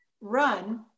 run